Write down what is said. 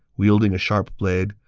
wielding a sharp blade,